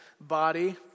body